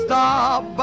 Stop